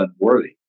unworthy